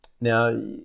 Now